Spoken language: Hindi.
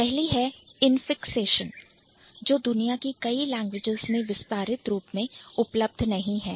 पहली है Infixationजो दुनिया की कई languagesभाषाओं में विस्तारित रूप में उपलब्ध नहीं है